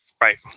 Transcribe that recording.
Right